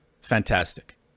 Fantastic